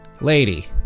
Lady